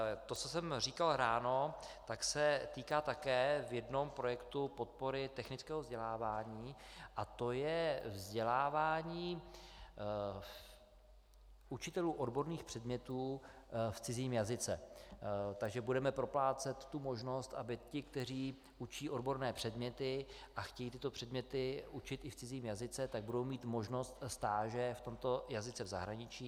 To, co jsem říkal ráno, tak se týká také jednoho projektu podpory technického vzdělávání, a to je vzdělávání učitelů odborných předmětů v cizím jazyce, takže budeme proplácet tu možnost, aby ti, kteří učí odborné předměty a chtějí tyto předměty učit i v cizím jazyce, tak budou mít možnost stáže v tomto jazyce v zahraničí.